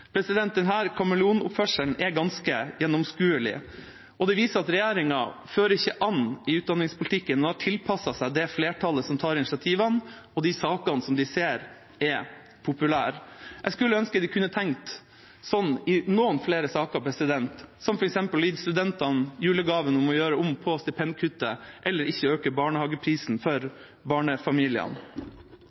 er ganske gjennomskuelig og viser at regjeringa ikke fører an i utdanningspolitikken, men tilpasser seg det flertallet som tar initiativene, og de sakene som de ser er populære. Jeg skulle ønske de hadde tenkt slik i noen flere saker, f.eks. ved å gi studentene en julegave i form av å gjøre om på stipendkuttet, eller ved ikke å øke barnehageprisen for barnefamiliene.